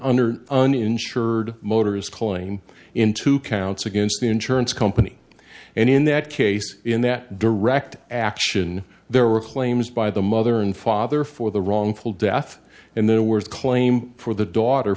under uninsured motors claim in two counts against the insurance company and in that case in that direct action there were claims by the mother and father for the wrongful death and their worth claim for the daughter